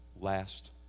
last